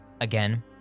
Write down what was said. Again